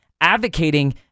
advocating